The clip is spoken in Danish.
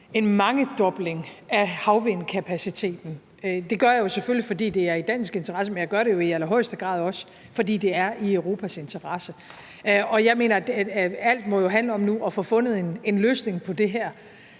en mangedobling af havvindkapaciteten. Det gør jeg jo selvfølgelig, fordi det er i dansk interesse, men jeg gør det jo i allerhøjeste grad også, fordi det er i Europas interesse. Alt må handle om nu at få fundet en løsning på det her,